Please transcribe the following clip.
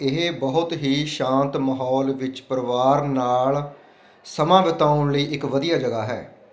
ਇਹ ਬਹੁਤ ਹੀ ਸ਼ਾਂਤ ਮਾਹੌਲ ਵਿੱਚ ਪਰਿਵਾਰ ਨਾਲ ਸਮਾਂ ਬਿਤਾਉਣ ਲਈ ਇੱਕ ਵਧੀਆ ਜਗ੍ਹਾ ਹੈ